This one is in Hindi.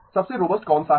सबसे रोबस्ट कौन सा है